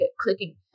clicking